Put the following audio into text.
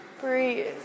Breathe